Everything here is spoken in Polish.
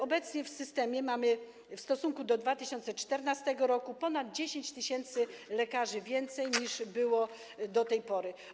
Obecnie w systemie w stosunku do 2014 r. mamy ponad 10 tys. lekarzy więcej niż było do tej pory.